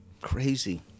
Crazy